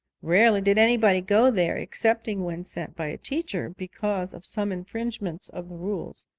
rarely did anybody go there excepting when sent by a teacher because of some infringements of the rules.